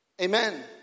Amen